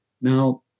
now